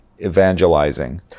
Evangelizing